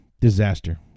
disaster